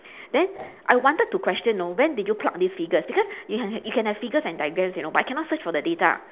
then I wanted to question know when did you pluck this figures because you can you can have figures and diagrams you know but I cannot search for the data